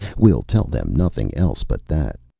we'll tell them nothing else but that.